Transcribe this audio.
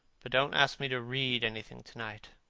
but don't ask me to read anything to-night.